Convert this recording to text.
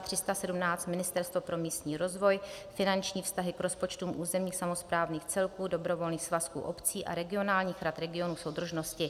317 Ministerstvo pro místní rozvoj finanční vztahy k rozpočtům územních samosprávných celků, dobrovolných svazků obcí a regionálních rad regionů soudržnosti